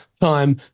time